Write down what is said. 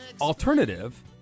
alternative